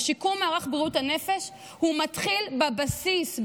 שיקום מערך בריאות הנפש מתחיל בבסיס,